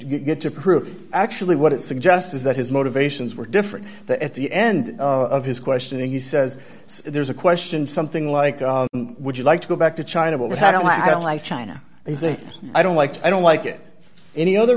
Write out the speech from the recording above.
get to prove actually what it suggests is that his motivations were different that at the end of his questioning he says there's a question something like would you like to go back to china but we had only i don't like china i don't like i don't like it any other